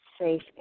safe